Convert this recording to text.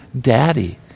daddy